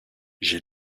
j’ai